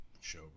show